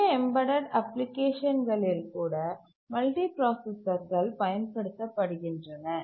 சிறிய எம்பெடட் அப்ளிகேஷன்களில் கூட மல்டிபிராசஸர்கள் பயன்படுத்தப்படுகின்றன